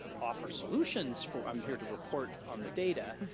offer solutions for. i'm here to report on the data.